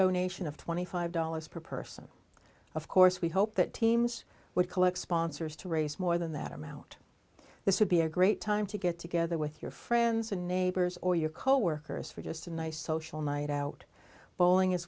donation of twenty five dollars per person of course we hope that teams would collect sponsors to raise more than that amount this would be a great time to get together with your friends and neighbors or your coworkers for just a nice social night out bowling is